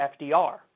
FDR